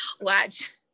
watch